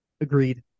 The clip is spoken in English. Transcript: Agreed